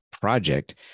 project